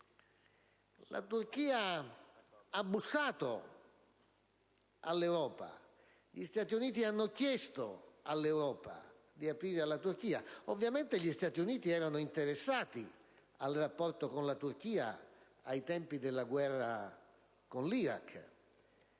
la Turchia ha bussato all'Europa, gli Stati Uniti hanno chiesto all'Europa di aprirle le porte. Ovviamente, gli Stati Uniti erano interessati al rapporto con la Turchia ai tempi della guerra con l'Iraq.